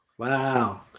Wow